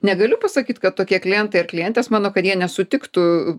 negaliu pasakyt kad tokie klientai ar klientės mano kad jie nesutiktų